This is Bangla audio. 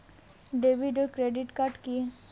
ডেভিড ও ক্রেডিট কার্ড কি?